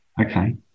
Okay